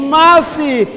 mercy